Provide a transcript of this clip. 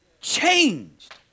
changed